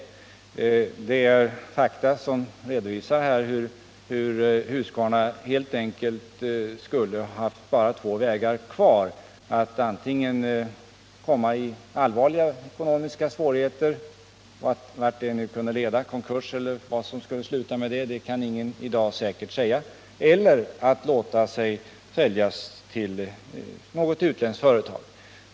Siffrorna är fakta som redovisar hur Husqvarna helt enkelt skulle ha haft bara två utvägar kvar: antingen att komma i allvarliga ekonomiska svårigheter — och vad det hade kunnat leda till kan ingen säkert säga i dag, kanske konkurs — eller att låta sig säljas till något utländskt företag.